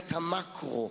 ראיית המקרו: